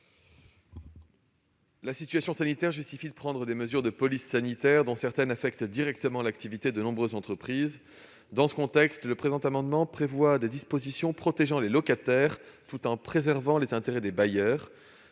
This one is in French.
La situation sanitaire justifie de prendre des mesures de police sanitaire, dont certaines affectent directement l'activité de nombreuses entreprises. Dans ce contexte, le présent amendement vise à prévoir des dispositions protégeant les locataires, tout en préservant les intérêts des bailleurs.